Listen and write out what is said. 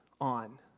on